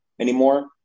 anymore